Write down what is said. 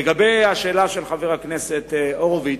לגבי השאלה של חבר הכנסת הורוביץ.